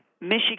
Michigan